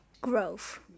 Growth